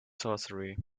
sorcery